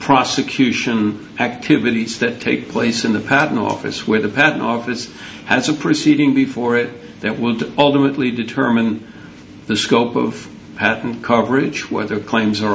prosecution activities that take place in the patent office where the patent office has a proceeding before it that would ultimately determine the scope of patent coverage whether claims are